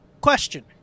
Question